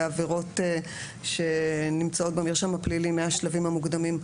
עבירות שנמצאות במרשם הפלילי מהשלבים המוקדמים,